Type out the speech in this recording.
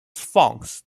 farms